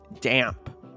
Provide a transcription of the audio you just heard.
damp